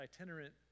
itinerant